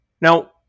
Now